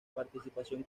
participación